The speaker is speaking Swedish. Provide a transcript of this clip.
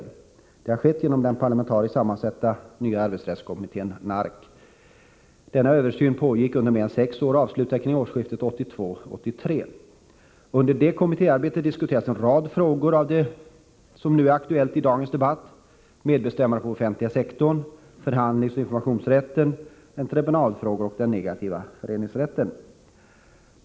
Det har skett genom den parlamentariskt sammansatta nya arbetsrättskommittén . Denna översyn pågick under mer än sex år och avslutades kring årsskiftet 1982-1983. Under det kommittéarbetet diskuterades en rad av de frågor som är aktuella i dagens debatt: medbestäm mande på den offentliga sektorn, förhandlingsoch informationsrätt, - Nr 22 entreprenadfrågor och den negativa föreningsrätten.